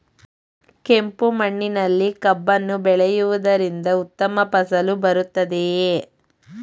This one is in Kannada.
ಕೆಂಪು ಮಣ್ಣಿನಲ್ಲಿ ಕಬ್ಬನ್ನು ಬೆಳೆಯವುದರಿಂದ ಉತ್ತಮ ಫಸಲು ಬರುತ್ತದೆಯೇ?